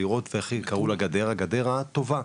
שהייתה נקראת 'הגדר הטובה'.